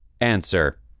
Answer